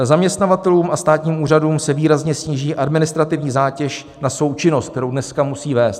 Zaměstnavatelům a státním úřadům se výrazně sníží administrativní zátěž na součinnost, kterou dneska musí vést.